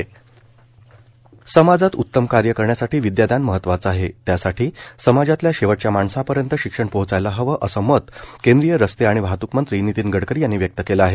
नितीन गडकरी समाजात उत्तम कार्य करण्यासाठी विद्यादान महत्त्वाचं आहे त्यासाठी समाजातल्या शेवटच्या माणसापर्यंत शिक्षण पोचायला हवं असं मत केंद्रीय रस्ते आणि वाहत्क मंत्री नितीन गडकरी यांनी व्यक्त केलं आहे